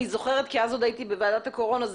אני זוכרת כי אז עוד הייתי בוועדת הקורונה,